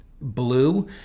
blue